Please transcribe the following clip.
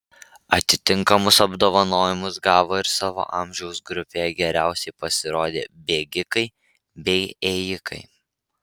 atitinkamus apdovanojimus gavo ir savo amžiaus grupėje geriausiai pasirodę bėgikai bei ėjikai